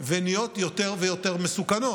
ונהיות יותר ויותר מסוכנות.